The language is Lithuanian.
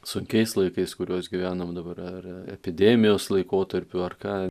sunkiais laikais kuriuos gyvenam dabar ar epidemijos laikotarpiu ar ką